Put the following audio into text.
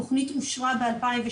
התכנית אושרה ב-2017,